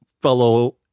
fellow